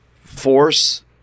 force